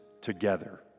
together